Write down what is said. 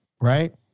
right